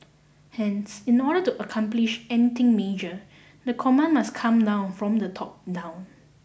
hence in order to accomplish anything major the command must come now from the top down